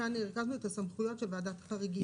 כאו הרכבנו את הסמכויות של ועדת חריגים.